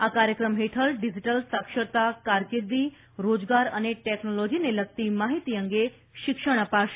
આ કાર્યક્રમ હેઠળ ડીજીટલ સાક્ષરતા કારકિર્દી રોજગાર અને ટેકનોલોજીને લગતી માહિતી અંગે શિક્ષણ અપાશે